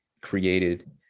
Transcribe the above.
created